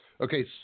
Okay